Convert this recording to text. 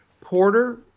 Porter